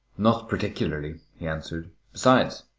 not particularly, he answered. besides,